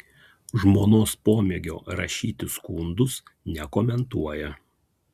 žmonos pomėgio rašyti skundus nekomentuoja